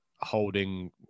holding